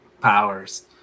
powers